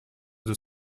deux